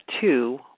two